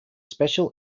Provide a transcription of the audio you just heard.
special